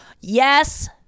Yes